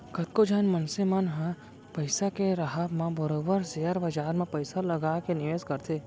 कतको झन मनसे मन ह पइसा के राहब म बरोबर सेयर बजार म पइसा लगा के निवेस करथे